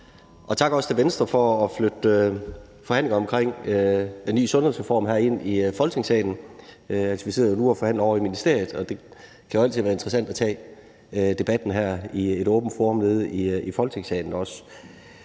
også tak til Venstre for at flytte forhandlingerne om en ny sundhedsreform ind i Folketingssalen. Vi sidder nu og forhandler ovre i ministeriet, og det kan jo altid være interessant at tage debatten i et åbent forum som Folketingssalen.